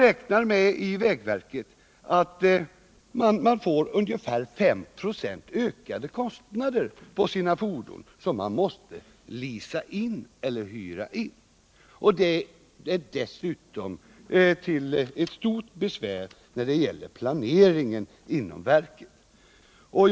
Vägverket räknar med ökade kostnader på ungefär 5 96 på sina fordon, som måste leasas eller hyras in, och fonden är dessutom till stort besvär vid planeringen inom vägverket.